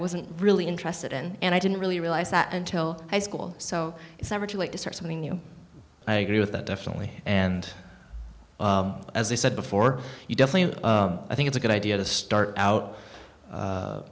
wasn't really interested in and i didn't really realize that until high school so it's never too late to start something new i agree with that definitely and as i said before you don't think it's a good idea to start out